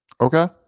Okay